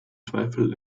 zweifel